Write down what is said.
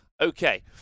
Okay